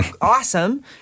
awesome